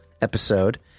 episode